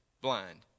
blind